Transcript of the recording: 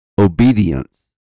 Obedience